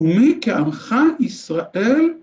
‫ומי כעמך ישראל?